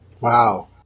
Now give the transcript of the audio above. Wow